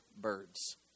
birds